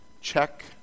Check